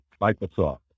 Microsoft